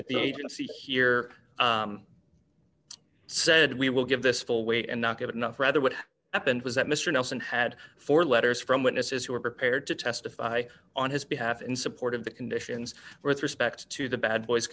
that the agency here said we will give this full weight and not get enough rather what happened was that mr nelson had four letters from witnesses who were prepared to testify on his behalf in support of the conditions or its respect to the bad boys